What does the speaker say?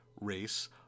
race